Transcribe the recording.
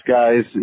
guys